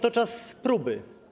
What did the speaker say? To czas próby.